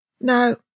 Now